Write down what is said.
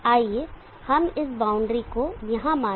आइए हम इस बाउंड्री को यहां माने